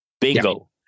Bingo